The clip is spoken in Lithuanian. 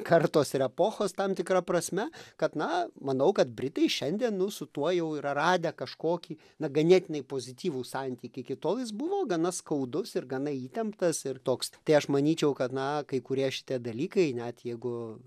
kartos ir epochos tam tikra prasme kad na manau kad britai šiandien nu su tuo jau yra radę kažkokį na ganėtinai pozityvų santykį iki tol jis buvo gana skaudus ir gana įtemptas ir toks tai aš manyčiau kad na kai kurie šitie dalykai net jeigu